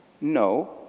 No